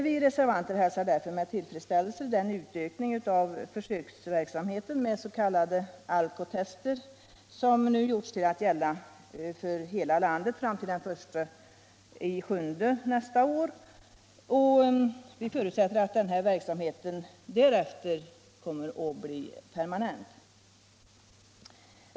Vi reservanter hälsar därför med tillfredsställelse den utökning av försöksverksamheten med s.k. alkotester, som nu gjorts, till att gälla för hela landet fram till den 1 juli nästa år, och vi förutsätter att denna verksamhet därefter kommer att bli permanent.